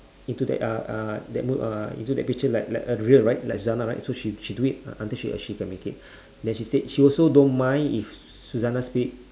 into that uh uh that will uh into the picture like like uh real right like suzzanna right so she she do it until she c~ she can make it then she said she also don't mind if suzzanna spirit